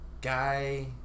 guy